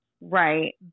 Right